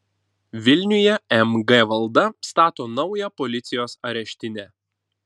vilniuje mg valda stato naują policijos areštinę